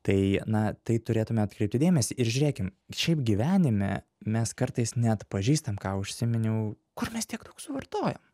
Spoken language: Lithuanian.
tai na tai turėtume atkreipti dėmesį ir žiūrėkim šiaip gyvenime mes kartais neatpažįstam ką užsiminiau kur mes tiek daug suvartojam